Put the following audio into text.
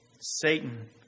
Satan